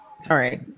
Sorry